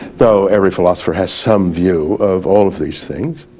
though every philosopher has some view of all of these things.